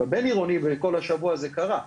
בבינעירוני בכל השבוע זה קרה,